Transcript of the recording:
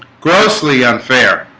grossly unfair